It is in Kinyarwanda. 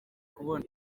kubona